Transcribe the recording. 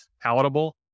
palatable